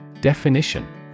Definition